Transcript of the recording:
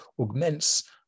augments